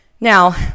now